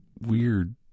weird